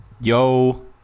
yo